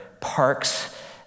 parks